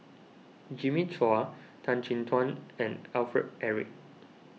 Jimmy Chua Tan Chin Tuan and Alfred Eric